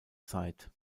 zeit